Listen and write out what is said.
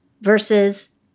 versus